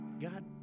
God